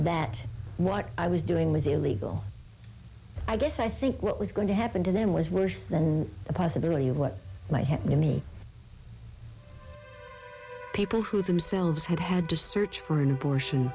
that what i was doing was illegal i guess i think what was going to happen to them was worse than the possibility of what might happen to me people who themselves had had to search for an abortion